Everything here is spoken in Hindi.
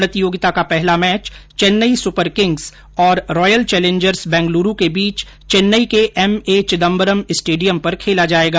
प्रतियोगिता का पहला मैच चैन्नई सुपरकिंग्स और रॉयल चैलेंजर्स बैंगलुरू के बीच चैन्नई के एम ए चिदम्बरम स्टेडियम पर खेला जायेगा